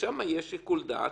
כשבוועדה יש שיקול דעת,